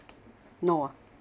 no ah